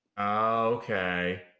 okay